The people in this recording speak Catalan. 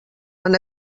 han